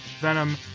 Venom